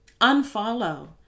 Unfollow